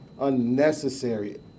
unnecessary